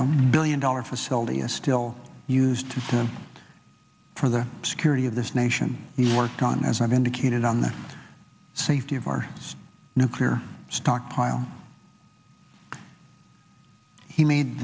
billion dollar facility is still used to serve for the security of this nation he worked on as i've indicated on the safety of our nuclear stockpile he made